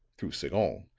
through sagon,